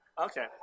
Okay